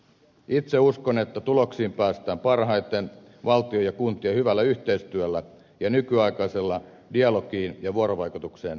itse uskon että tuloksiin päästään parhaiten valtion ja kuntien hyvällä yhteistyöllä ja nykyaikaisella dialogiin ja vuorovaikutukseen perustuvalla johtamisella